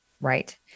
right